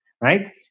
right